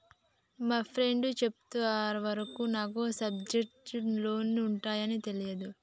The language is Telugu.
మా ఫ్రెండు చెప్పేంత వరకు నాకు సబ్సిడైజ్డ్ లోన్లు ఉంటయ్యని తెలీదు